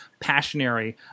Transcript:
passionary